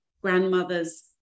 grandmother's